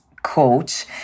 Coach